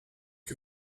que